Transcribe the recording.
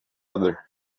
other